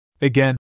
Again